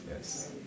yes